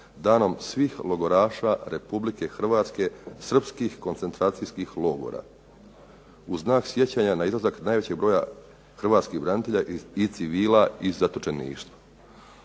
danom svih logoraša Republike Hrvatske srpskih koncentracijskih logora u znak sjećanja na izlazak najvećeg broja hrvatskih branitelja i civila iz zatočeništva."